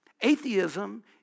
Atheism